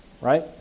right